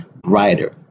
brighter